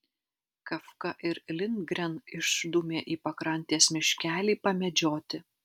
kafka ir lindgren išdūmė į pakrantės miškelį pamedžioti